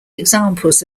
examples